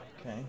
Okay